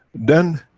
then,